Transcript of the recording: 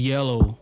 Yellow